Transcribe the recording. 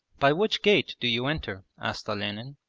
by which gate do you enter asked olenin.